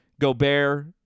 Gobert